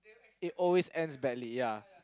it always ends badly ya